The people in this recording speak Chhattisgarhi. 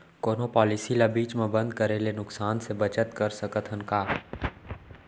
कोनो पॉलिसी ला बीच मा बंद करे ले नुकसान से बचत सकत हन का?